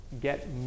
get